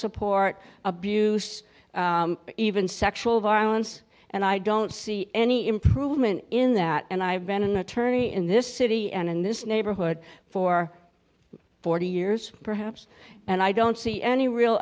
support abuse even sexual violence and i don't see any improvement in that and i've been an attorney in this city and in this neighborhood for forty years perhaps and i don't see any real